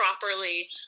properly